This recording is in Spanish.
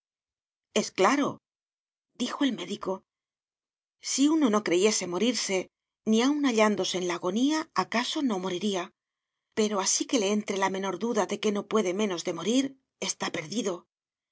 es claro dijo el médico si uno no creyese morirse ni aun hallándose en la agonía acaso no moriría pero así que le entre la menor duda de que no puede menos de morir está perdido